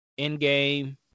Endgame